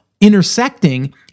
intersecting